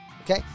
okay